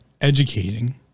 educating